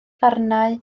ddarnau